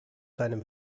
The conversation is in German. deinem